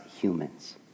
humans